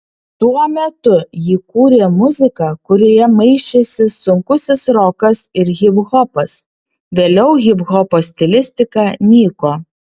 tuo metu ji kūrė muziką kurioje maišėsi sunkusis rokas ir hiphopas vėliau hiphopo stilistika nyko